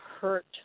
hurt